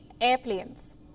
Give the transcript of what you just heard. airplanes